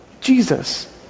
Jesus